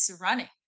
running